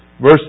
Verse